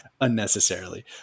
Unnecessarily